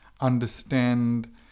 understand